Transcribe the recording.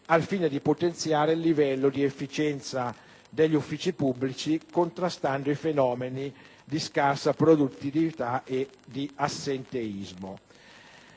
al fine di potenziare il livello di efficienza degli uffici pubblici e per contrastare i fenomeni di scarsa produttività e di assenteismo.